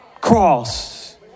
cross